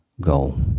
goal